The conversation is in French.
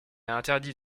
interdit